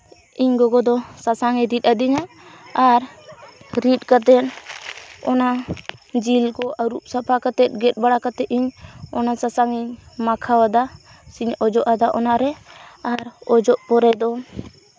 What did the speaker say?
ᱤᱧ ᱜᱚᱜᱚ ᱫᱚ ᱥᱟᱥᱟᱝ ᱮ ᱨᱤᱫ ᱟᱹᱫᱤᱧᱟ ᱟᱨ ᱨᱤᱫ ᱠᱟᱛᱮᱫ ᱚᱱᱟ ᱡᱤᱞ ᱠᱚ ᱟᱹᱨᱩᱵᱽ ᱥᱟᱯᱷᱟ ᱠᱟᱛᱮᱫ ᱜᱮᱫ ᱵᱟᱲᱟ ᱠᱟᱛᱮᱫ ᱚᱱᱟ ᱥᱟᱥᱟᱝ ᱤᱧ ᱢᱟᱠᱷᱟᱣ ᱟᱫᱟ ᱥᱮ ᱚᱡᱚᱜ ᱟᱫᱟ ᱚᱱᱟᱨᱮ ᱟᱨ ᱚᱡᱚᱜ ᱯᱚᱨᱮ ᱫᱚ